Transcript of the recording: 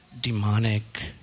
demonic